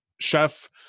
chef